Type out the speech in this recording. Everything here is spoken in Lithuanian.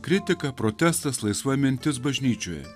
kritika protestas laisva mintis bažnyčioje